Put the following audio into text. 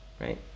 Right